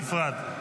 -- באירוע נפרד.